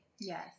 Yes